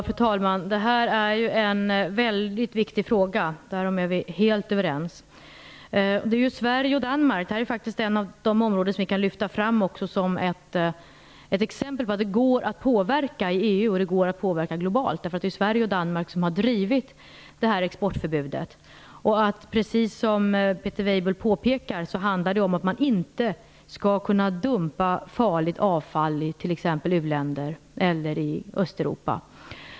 Fru talman! Det här är en väldigt viktig fråga; därom är vi helt överens. Det här är faktiskt ett område som vi kan lyfta fram som ett exempel på att det går att påverka i EU och globalt. Det är Sverige och Danmark som har drivit frågan om exportförbudet. Precis som Peter Weibull Bernström påpekar handlar det om att man inte skall kunna dumpa farligt avfall i t.ex. u-länder eller i Östeuropa.